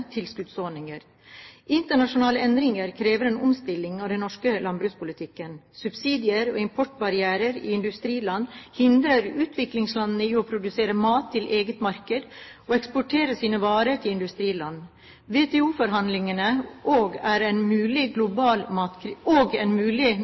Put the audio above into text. tilskuddsordninger. Internasjonale endringer krever en omstilling av den norske landbrukspolitikken. Subsidier og importbarrierer i industriland hindrer utviklingsland i å produsere mat til eget marked og eksportere sine varer til industriland. WTO-forhandlingene og en mulig